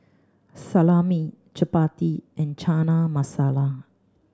Salami Chapati and Chana Masala